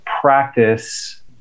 practice